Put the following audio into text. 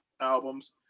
albums